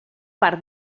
part